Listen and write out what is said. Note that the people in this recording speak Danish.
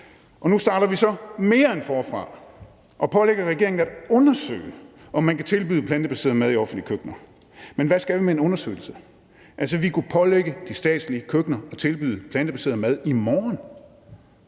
Nu starter vi så mere end forfra og pålægger regeringen at undersøge, om man kan tilbyde plantebaseret mad i offentlige køkkener. Men hvad skal vi med en undersøgelse? Altså, vi kunne pålægge de statslige køkkener at tilbyde plantebaseret mad i morgen.